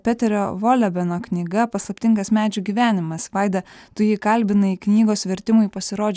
peterio volebeno knyga paslaptingas medžių gyvenimas vaida tu jį kalbinai knygos vertimui pasirodžius